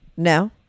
No